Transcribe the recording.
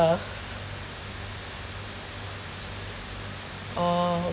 oh